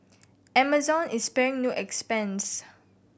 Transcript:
amazon is sparing no expense